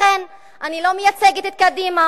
לכן, אני לא מייצגת את קדימה,